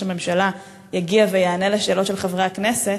הממשלה יגיע ויענה על שאלות של חברי הכנסת.